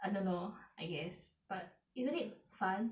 I don't know I guess but isn't it fun